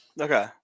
Okay